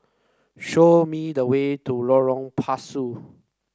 show me the way to Lorong Pasu